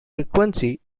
frequency